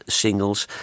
singles